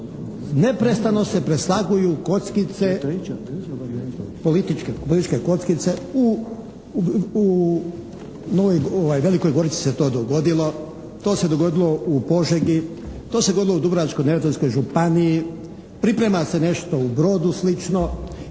neprestano se preslaguju kockice, političke kockice u Velikoj Gorici se to dogodilo, to se dogodilo u Požegi, to se dogodilo u Dubrovačko-neretvanskoj županiji, priprema se nešto u Brodu sl.